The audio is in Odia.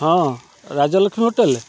ହଁ ରାଜଲଷ୍ମୀ ହୋଟେଲ୍